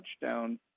touchdown